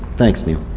thanks neal.